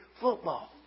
football